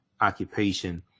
occupation